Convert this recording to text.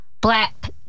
Black